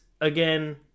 again